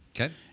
Okay